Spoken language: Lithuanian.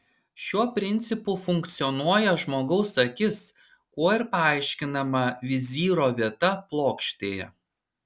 šiuo principu funkcionuoja žmogaus akis kuo ir paaiškinama vizyro vieta plokštėje